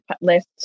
list